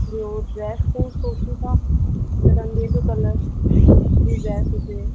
ॿियो dress code सोचियूं था त तव्हां जेको कलर जी ड्रेस हुजे